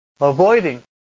Avoiding